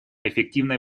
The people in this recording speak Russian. эффективной